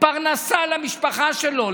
פרנסה למשפחה שלו,